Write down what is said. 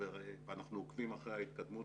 ואנחנו עוקבים אחרי ההתקדמות